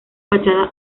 fachada